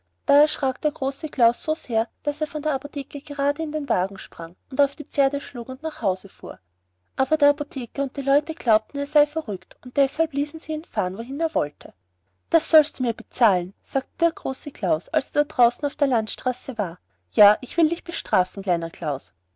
da erschrak der große klaus so sehr daß er von der apotheke gerade in den wagen sprang und auf die pferde schlug und nach hause fuhr aber der apotheker und alle leute glaubten er sei verrückt und deshalb ließen sie ihn fahren wohin er wollte das sollst du mir bezahlen sagte der große klaus als er draußen auf der landstraße war ja ich will dich bestrafen kleiner klaus